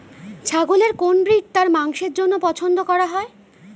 ছাগলের কোন ব্রিড তার মাংসের জন্য পছন্দ করা হয়?